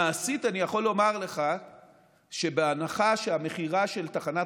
מעשית אני יכול לומר לך שבהנחה שהמכירה של תחנת